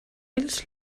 ells